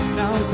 now